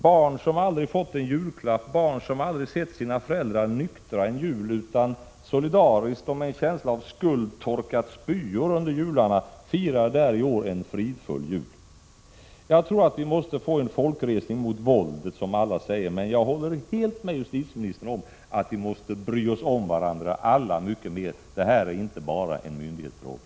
Barn som aldrig har fått en julklapp, barn som aldrig har sett sina föräldrar nyktra en jul utan med en känsla av något slags skuld har torkat upp spyor under jularna, firar där i år en fridfull jul. Jag tror att vi måste få en folkresning mot våldet, som alla säger, men jag håller helt med justitieministern om att vi alla måste bry oss om varandra mycket mer. Detta är inte bara en fråga för myndigheterna.